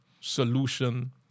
solution